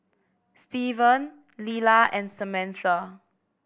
Steven Lilla and Samantha